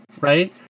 right